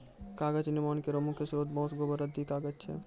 कागज निर्माण केरो मुख्य स्रोत बांस, गोबर, रद्दी कागज छै